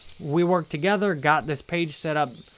we worked together, got this page set up.